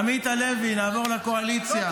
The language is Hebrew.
עמית הלוי, נעבור לקואליציה.